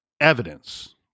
evidence